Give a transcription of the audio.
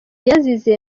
yazize